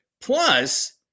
Plus